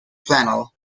flannel